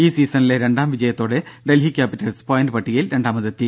ഈ സീസണിലെ രണ്ടാം വിജയത്തോടെ ഡൽഹി ക്യാപ്പിറ്റൽസ് പോയിന്റ് പട്ടികയിൽ രണ്ടാമതെത്തി